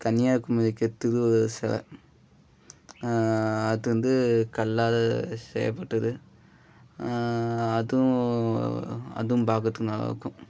கன்னியாகுமரியில் இருக்கற திருவள்ளுவர் சிலை அது வந்து கல்லால் செய்யப்பட்டது அதுவும் அதுவும் பார்க்கறதுக்கு நல்லாயிருக்கும்